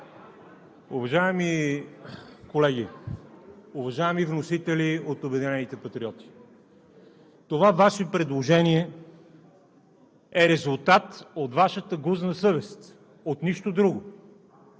Уважаеми колеги, уважаеми вносители от „Обединени патриоти“! Това Ваше предложение е резултат от Вашата гузна съвест, от нищо друго!